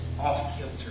off-kilter